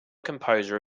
composer